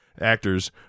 actors